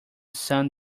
sun